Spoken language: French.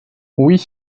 oui